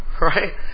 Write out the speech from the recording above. Right